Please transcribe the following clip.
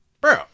Bro